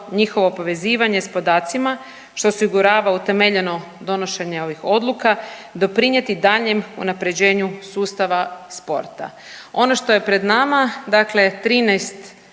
njihovo povezivanje s podacima što osigurava utemeljeno donošenje ovih odluka doprinjeti daljnjem unapređenju sustava sporta. Ono što je pred nama dakle 13